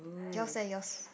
yours leh yours